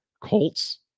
Colts